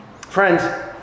Friends